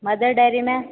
mother Dairy में